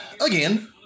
again